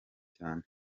cyane